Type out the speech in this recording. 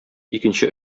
икенче